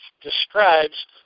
describes